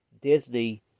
Disney